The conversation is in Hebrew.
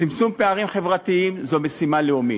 צמצום פערים חברתיים הוא משימה לאומית,